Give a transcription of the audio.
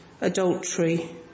adultery